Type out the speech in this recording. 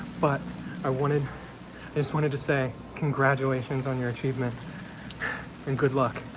but i wanted i just wanted to say congratulations on your achievement and good luck.